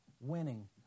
winning